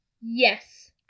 yes